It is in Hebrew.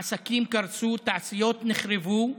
עסקים קרסו, תעשיות נחרבו,